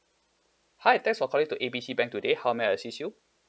hi thanks for calling to A B C bank today how may I assist you